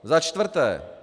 Za čtvrté.